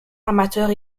amateurs